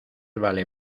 vale